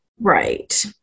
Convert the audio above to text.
Right